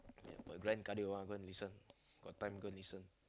ya but grand cardio ah go and listen got time go and listen